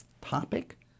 topic